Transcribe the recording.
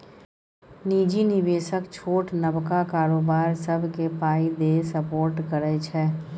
निजी निबेशक छोट नबका कारोबार सबकेँ पाइ दए सपोर्ट करै छै